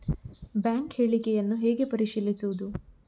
Bank ಹೇಳಿಕೆಯನ್ನು ಹೇಗೆ ಪರಿಶೀಲಿಸುವುದು?